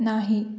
नाही